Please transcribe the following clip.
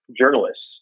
journalists